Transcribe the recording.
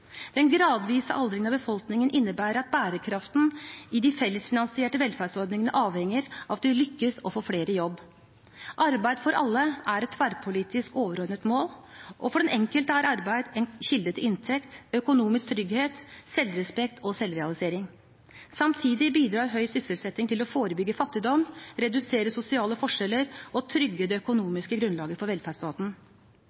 av befolkningen innebærer at bærekraften i de fellesfinansierte velferdsordningene avhenger av at vi lykkes med å få flere i jobb. Arbeid for alle er et tverrpolitisk, overordnet mål, og for den enkelte er arbeid en kilde til inntekt, økonomisk trygghet, selvrespekt og selvrealisering. Samtidig bidrar høy sysselsetting til å forebygge fattigdom, redusere sosiale forskjeller og trygge det økonomiske grunnlaget for velferdsstaten.